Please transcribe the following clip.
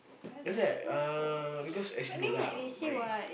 that's why uh because as you know lah my